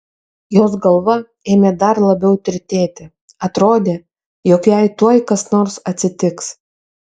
jos galva ėmė dar labiau tirtėti atrodė jog jai tuoj kas nors atsitiks